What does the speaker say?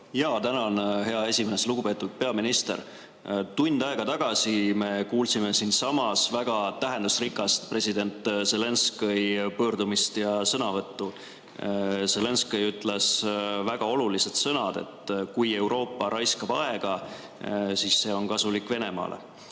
palun! Tänan, hea esimees! Lugupeetud peaminister! Tund aega tagasi me kuulsime siinsamas väga tähendusrikast president Zelenskõi pöördumist. Zelenskõi ütles väga olulised sõnad, et kui Euroopa raiskab aega, siis see on kasulik Venemaale.